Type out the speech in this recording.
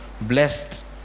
blessed